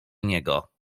niego